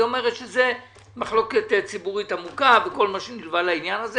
היא אומרת שזו מחלוקת ציבורית עמוקה וכל מה שנלווה לעניין הזה